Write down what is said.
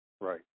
Right